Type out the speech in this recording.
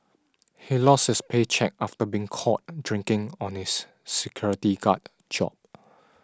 he lost his paycheck after being caught drinking on his security guard job